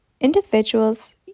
Individuals